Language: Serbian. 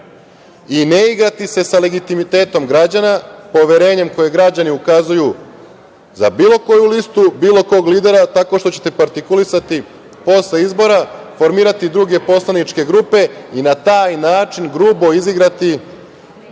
i ne igrati se sa legitimitetom građana, poverenjem koje građani ukazuju za bilo koju listu, bilo kog lidera, tako što ćete partikulisati posle izbora, formirati druge poslaničke grupe i na taj način grubo izigrati